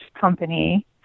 company